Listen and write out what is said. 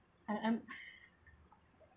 I I'm